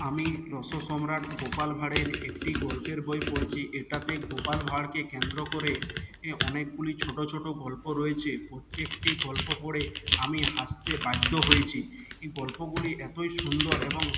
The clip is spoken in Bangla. আমি রস সম্রাট গোপাল ভাঁড়ের একটি গল্পের বই পড়েছি এটাতে গোপাল ভাঁড়কে কেন্দ্র করে অনেকগুলি ছোটো ছোটো গল্প রয়েছে প্রত্যেকটি গল্প পড়ে আমি হাসতে বাধ্য হয়েছি এই গল্পগুলি এতোই সুন্দর এবং